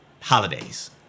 holidays